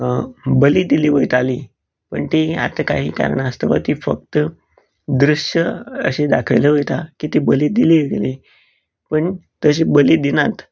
बळी दिल्ली वयताली पण ती आतां काही कारणास्तव ती फक्त दृश्य अशें दाखयलें वयता की ती बळी दिली ताणीं पण तशी बळी दिनात